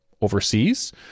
overseas